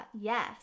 Yes